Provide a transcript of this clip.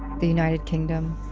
the united kingdom?